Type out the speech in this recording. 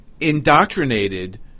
indoctrinated